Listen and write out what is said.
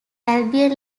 albion